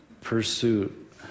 pursuit